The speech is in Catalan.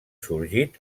sorgit